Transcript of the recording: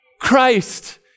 Christ